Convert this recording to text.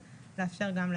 והנוער, רוני